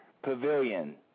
Pavilion